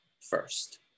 first